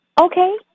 Okay